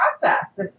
process